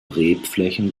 rebflächen